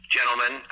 gentlemen